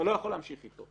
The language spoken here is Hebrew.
אתה לא יכול להמשיך אתו.